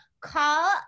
call